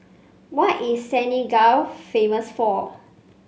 what is Senegal famous for